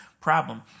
problem